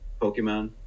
pokemon